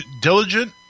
diligent